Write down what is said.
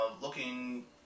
looking